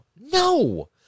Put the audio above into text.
no